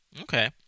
Okay